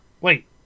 wait